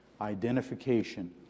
identification